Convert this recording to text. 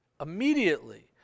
immediately